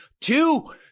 two